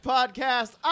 Podcast